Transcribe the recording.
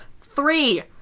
Three